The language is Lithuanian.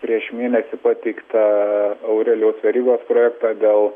prieš mėnesį pateiktą aurelijaus verygos projektą dėl